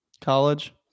college